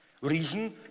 reason